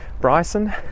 Bryson